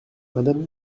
madame